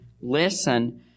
listen